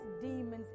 demons